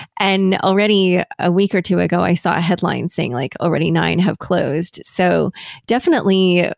and already a week or two ago, i saw a headline saying like already nine have closed so definitely,